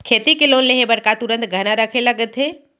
खेती के लोन लेहे बर का तुरंत गहना रखे लगथे?